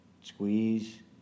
squeeze